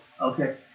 okay